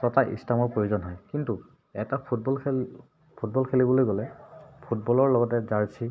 ছটা ইষ্টামৰ প্ৰয়োজন হয় কিন্তু এটা ফুটবল খেল ফুটবল খেলিবলৈ গ'লে ফুটবলৰ লগতে জাৰ্চি